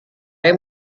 yang